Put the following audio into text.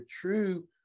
true